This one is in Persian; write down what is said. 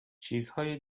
چیزهای